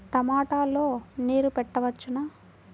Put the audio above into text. టమాట లో నీరు పెట్టవచ్చునా?